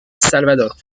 salvador